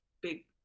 big